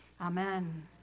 amen